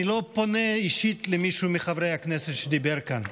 אני לא פונה אישית למישהו מחברי הכנסת שדיברו כאן,